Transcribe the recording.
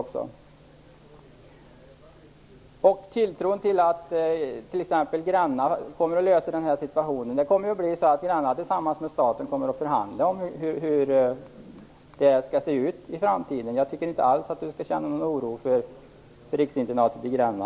När det gäller tilltron till att t.ex. Gränna riksinternat skall lösa problemet blir det i stället Gränna tillsammans med staten som kommer att förhandla om hur det skall se ut i framtiden. Jag tycker inte alls att Göte Jonsson skall känna någon oro för riksinternatet i Gränna.